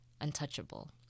untouchable